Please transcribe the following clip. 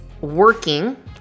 working